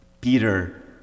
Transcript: Peter